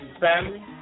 family